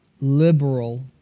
liberal